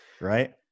right